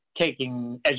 taking